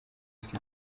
ufite